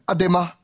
Adema